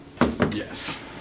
Yes